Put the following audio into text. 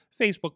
Facebook